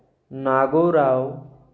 Nagorao